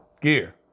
gear